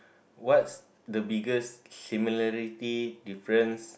what's the biggest similarity difference